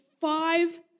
five